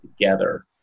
together